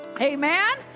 Amen